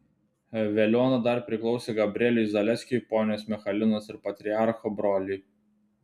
veliuona dar priklausė gabrieliui zaleskiui ponios michalinos ir patriarcho broliui